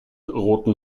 roten